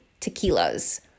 tequilas